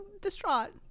distraught